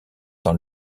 dans